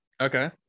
okay